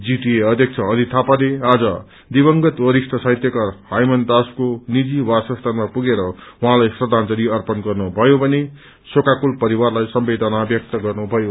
GTA अध्यक्ष अनित थापाले आज दिवंगत वरिष्ट साहित्यकार हाइमान दासको नीजि वासस्थानमा पुगेर उहौँलाई श्रखाजलि अर्पण गर्नुभयो भने शोकाकूल परिवारलाई समवेदना व्यक्त गर्नुभयो